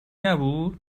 نبود